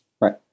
Right